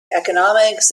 economics